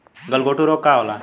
गलघोटू रोग का होला?